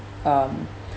um